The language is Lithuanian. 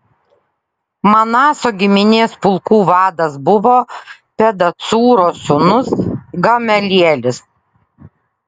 manaso giminės pulkų vadas buvo pedacūro sūnus gamelielis